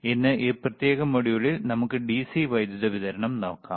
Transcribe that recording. ഇന്ന് ഈ പ്രത്യേക മൊഡ്യൂളിൽ നമുക്ക് DC വൈദ്യുതി വിതരണം നോക്കാം